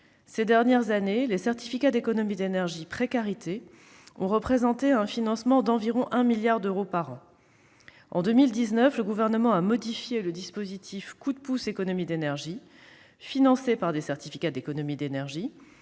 Ces dernières années, les certificats d'économies d'énergie dits « de précarité énergétique » ont représenté un financement d'environ un milliard d'euros par an. En 2019, le Gouvernement a modifié le dispositif « Coup de pouce économies d'énergie » financé par les certificats d'économies d'énergie